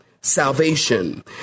Salvation